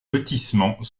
lotissement